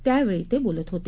त्यावेळी ते बोलत होते